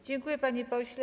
Dziękuję, panie pośle.